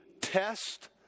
test